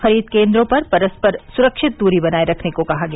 खरीद केन्द्रों पर परस्पर सुरक्षित दूरी बनाए रखने को कहा गया